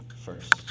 first